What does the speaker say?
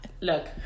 look